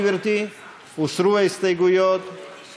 אמרתי כנוסח הוועדה, אדוני.